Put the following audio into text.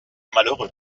malheureux